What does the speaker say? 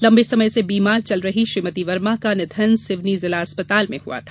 लम्बे समय से बीमार चल रही श्रीमति वर्मा का निधन सिवनी जिला अस्पताल में हो गया था